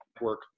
work